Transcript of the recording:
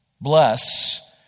bless